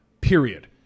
period